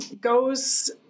goes